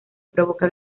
provoca